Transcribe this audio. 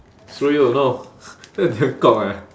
screw you no that is damn eh